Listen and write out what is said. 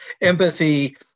empathy